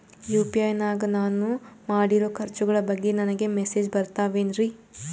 UPI ನಾಗ ನಾನು ಮಾಡಿರೋ ಖರ್ಚುಗಳ ಬಗ್ಗೆ ನನಗೆ ಮೆಸೇಜ್ ಬರುತ್ತಾವೇನ್ರಿ?